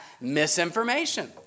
misinformation